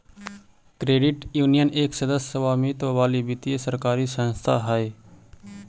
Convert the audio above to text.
credit union एक सदस्य स्वामित्व वाली वित्तीय सरकारी संस्था हइ